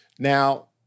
Now